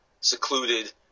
secluded